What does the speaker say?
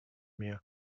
mir